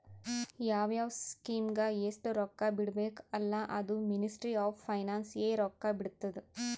ಯಾವ್ ಯಾವ್ ಸ್ಕೀಮ್ಗ ಎಸ್ಟ್ ರೊಕ್ಕಾ ಬಿಡ್ಬೇಕ ಅಲ್ಲಾ ಅದೂ ಮಿನಿಸ್ಟ್ರಿ ಆಫ್ ಫೈನಾನ್ಸ್ ಎ ರೊಕ್ಕಾ ಬಿಡ್ತುದ್